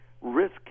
risk